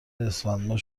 اسفندماه